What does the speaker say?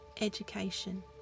education